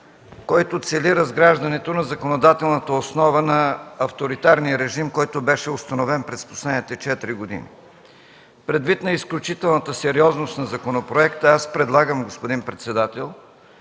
който цели разграждането на законодателната основа на авторитарния режим, който беше установен през последните четири години. Предвид на изключителната сериозност на законопроекта предлагам, господин председател,